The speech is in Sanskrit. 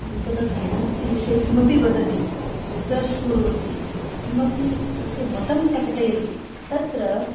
नूतनज्ञानस्य विषये किमपि वदति रिसर्च् करोति किमपि स्वस्य मतं प्रकटयति तत्र